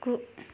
गु